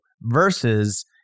versus